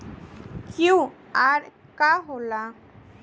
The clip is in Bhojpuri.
क्यू.आर का होला?